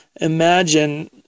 imagine